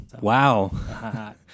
Wow